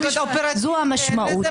זאת המשמעות.